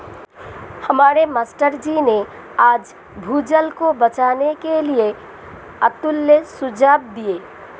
हमारे मास्टर जी ने आज भूजल को बचाने के लिए अतुल्य सुझाव दिए